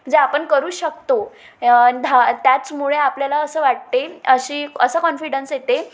जे आपण करू शकतो धा त्याचमुळे आपल्याला असं वाटते अशी असं कॉन्फिडन्स येते